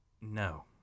No